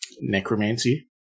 necromancy